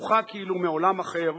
לקוחה כאילו מעולם אחר,